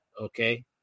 Okay